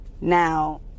Now